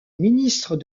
ministre